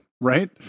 right